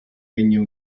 regno